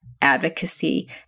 advocacy